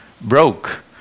broke